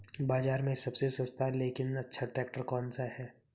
बाज़ार में सबसे सस्ता लेकिन अच्छा ट्रैक्टर कौनसा है?